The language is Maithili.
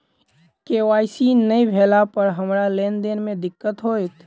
के.वाई.सी नै भेला पर हमरा लेन देन मे दिक्कत होइत?